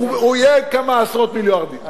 הוא יהיה כמה עשרות מיליארדים.